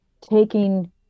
taking